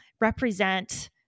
represent